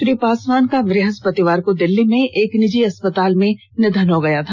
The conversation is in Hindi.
श्री पासवान का बृहस्पतिवार को दिल्ली में एक निजी अस्पताल में निधन हो गया था